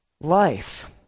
life